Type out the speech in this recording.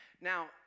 Now